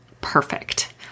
perfect